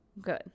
good